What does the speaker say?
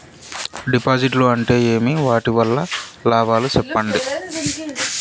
డిపాజిట్లు అంటే ఏమి? వాటి వల్ల లాభాలు సెప్పండి?